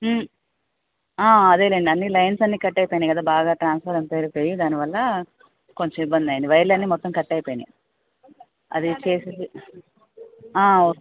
అదేలేండి అన్నీ లైన్స్ అన్నీ కట్ అయిపోయినాయి కదా బాగా ట్రాన్స్ఫారం పేలిపోయి దానివల్ల కొంచెం ఇబ్బంది అయింది వైర్లు అన్నీ మొత్తం కట్ అయిపోయినాయి అది చేసి ఓ